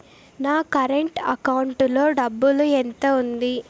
నా current account లో డబ్బులు ఎంత ఉంది?